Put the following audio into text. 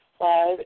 Five